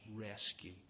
rescue